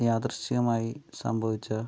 അപ്പോൾ അവിടുന്ന് യാദൃശ്ചികമായി സംഭവിച്ച